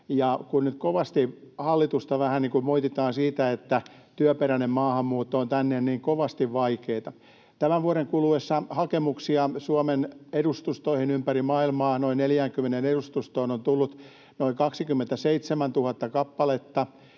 hallitusta vähän moititaan siitä, että työperäinen maahanmuutto on tänne niin kovasti vaikeata, niin tämän vuoden kuluessa hakemuksia Suomen edustustoihin ympäri maailmaa, noin 40 edustustoon, on tullut noin 27 000 kappaletta.